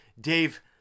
Dave